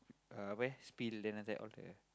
uh where spill then after that all the